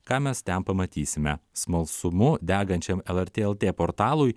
ką mes ten pamatysime smalsumu degančiam lrt lt portalui